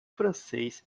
francês